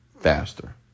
faster